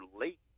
late